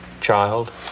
child